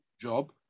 job